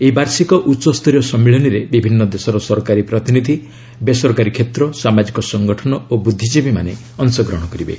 ଏହି ବାର୍ଷିକ ଉଚ୍ଚସ୍ତରୀୟ ସମ୍ମିଳନୀରେ ବିଭିନ୍ନ ଦେଶର ସରକାରୀ ପ୍ରତିନିଧି ବେସରକାରୀ କ୍ଷେତ୍ର ସାମାଜିକ ସଂଗଠନ ଓ ବୁଦ୍ଧିଜୀବୀମାନେ ଅଂଶଗ୍ରହଣ କରିବେ